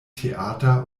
theater